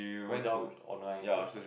ownself online search ah